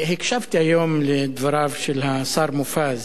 הקשבתי היום לדבריו של השר מופז